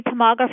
tomography